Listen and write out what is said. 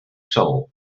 soul